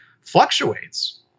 fluctuates